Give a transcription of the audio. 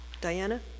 Diana